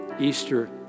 Easter